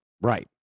Right